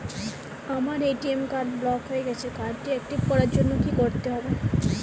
আমার ATM card block হয়ে গেছে কার্ড টি একটিভ করার জন্যে কি করতে হবে?